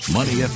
Money